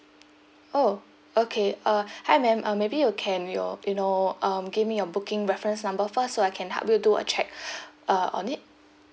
oh okay uh hi ma'am um maybe you can your you know um give me your booking reference number first so I can help you do a check uh on it